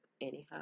anyhow